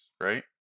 right